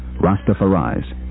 Rastafari's